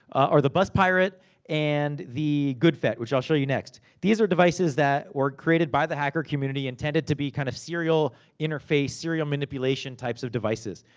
are the bus pirate and the goodfet, which i'll show you next. these are devices that were created by the hacker community, intended to be, kind of, serial interface, serial manipulation types of devices.